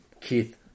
Keith